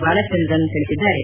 ಬಾಲಚಂದ್ರನ್ ತಿಳಿಸಿದ್ದಾರೆ